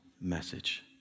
message